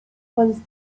was